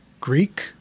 Greek